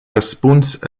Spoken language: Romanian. răspuns